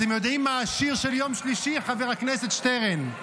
אתם יודעים מה השיר של יום שלישי, חבר הכנסת שטרן?